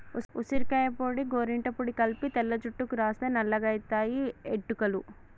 ఉసిరికాయ పొడి గోరింట పొడి కలిపి తెల్ల జుట్టుకు రాస్తే నల్లగాయితయి ఎట్టుకలు